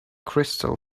crystal